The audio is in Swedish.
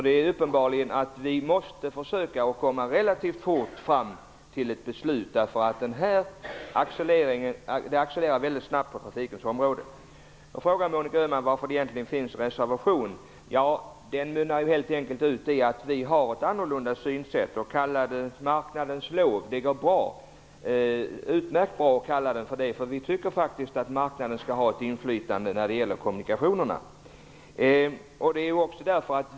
Det är uppenbart att vi relativt fort måste komma fram till ett beslut därför att det accelererar väldigt fort på trafikens område. Monica Öhman frågade varför det egentligen finns en reservation. Den mynnar helt enkelt ut i att vi ett annorlunda synsätt. Kalla det för marknadens lag, det går utmärkt att kalla det för det. Vi tycker nämligen att marknaden skall ha ett inflytande när det gäller kommunikationerna.